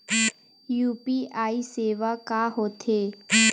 UPI सेवा का होथे?